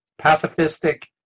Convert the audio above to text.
pacifistic